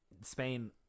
Spain